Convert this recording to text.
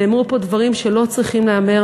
נאמרו פה מעל לבמה הזו דברים שלא צריכים להיאמר.